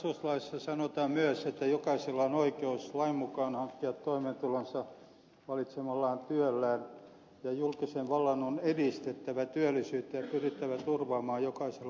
perustuslaissa sanotaan myös että jokaisella on oikeus lain mukaan hankkia toimeentulonsa valitsemallaan työllä ja julkisen vallan on edistettävä työllisyyttä ja pyrittävä turvaamaan jokaiselle oikeus työhön